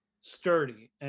Sturdy